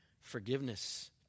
Forgiveness